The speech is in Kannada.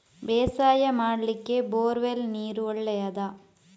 ಬೇಸಾಯ ಮಾಡ್ಲಿಕ್ಕೆ ಬೋರ್ ವೆಲ್ ನೀರು ಒಳ್ಳೆಯದಾ?